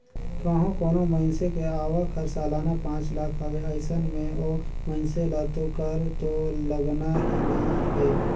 कंहो कोनो मइनसे के आवक हर सलाना पांच लाख हवे अइसन में ओ मइनसे ल तो कर तो लगना ही नइ हे